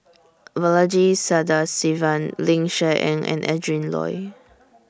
Balaji Sadasivan Ling Cher Eng and Adrin Loi